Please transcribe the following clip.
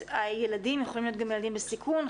הילדים יכולים להיות גם ילדים בסיכון,